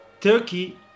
Turkey